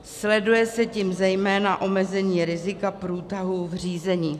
Sleduje se tím zejména omezení rizika průtahu v řízení.